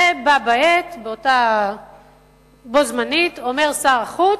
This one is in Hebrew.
ובה בעת, בו-זמנית, אומר שר החוץ,